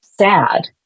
sad